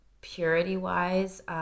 purity-wise